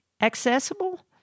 accessible